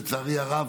לצערי הרב,